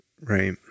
Right